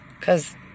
cause